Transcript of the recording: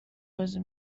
بازی